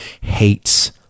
hates